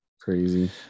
Crazy